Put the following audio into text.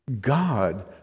God